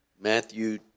Matthew